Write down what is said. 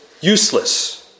useless